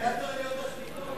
היה צריך להיות: השביתות.